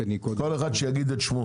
אני רוצה קודם כל להודות לך,